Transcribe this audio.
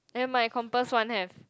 never mind Compass-One have